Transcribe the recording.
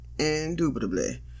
indubitably